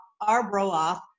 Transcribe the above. Arbroath